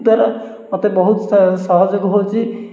ଦ୍ୱାରା ମୋତେ ବହୁତ ସହଯୋଗ ହେଉଛି